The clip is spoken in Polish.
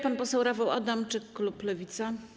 Pan poseł Rafał Adamczyk, Klub Lewica.